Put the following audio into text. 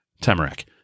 Tamarack